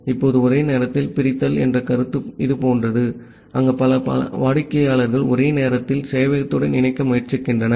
இப்போது ஒரே நேரத்தில் பிரித்தல் என்ற கருத்து இது போன்றது அங்கு பல வாடிக்கையாளர்கள் ஒரே நேரத்தில் சேவையகத்துடன் இணைக்க முயற்சிக்கின்றனர்